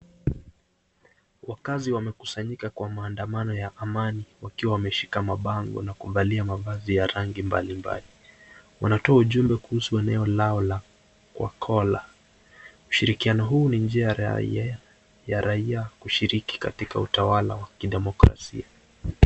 Wakazi wamekusanyika kwa maandamano ya amani wakiwa wameshika mabango na kuvalia mavazi ya rangi mbalimbali. Wanatoa ujumbe kuhusu eneo lao la Khwakhola. Ushirikiano huu ni njia ya raia kushiriki katika utawala wa kidemokrasia.